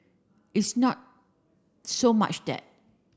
it's not so much that